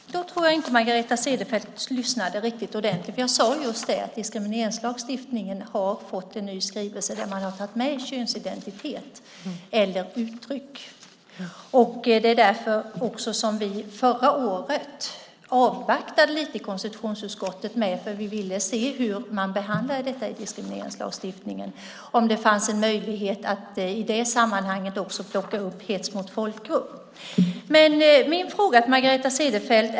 Fru talman! Då tror jag inte att Margareta Cederfelt lyssnade riktigt ordentligt. För jag sade just det, att diskrimineringslagstiftningen har fått en ny skrivning där man har tagit med könsöverskridande identitet eller uttryck. Det var också därför som vi förra året avvaktade lite i konstitutionsutskottet. Vi ville se hur man behandlade detta i diskrimineringslagstiftningen, om det fanns en möjlighet att i det sammanhanget också plocka upp hets mot folkgrupp. Men jag har en fråga till Margareta Cederfelt.